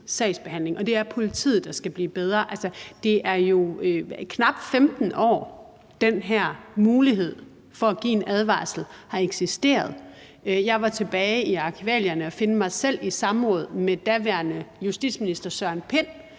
sagsbehandling. Det er politiet, der skal blive bedre. Altså, det er jo knap 15 år, den her mulighed for at give en advarsel har eksisteret. Jeg var tilbage i arkivalierne og finde mig selv i samråd i 2016 med daværende justitsminister, Søren Pind,